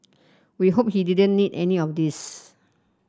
we hope he didn't need any of these